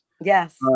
Yes